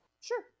sure